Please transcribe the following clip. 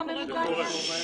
כמו עופות, כמו ארגזים.